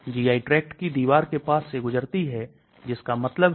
तो हम इसे ADMET कह सकते हैं तो यह विषाक्तता है